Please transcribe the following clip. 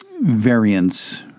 variants